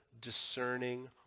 discerning